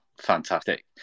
fantastic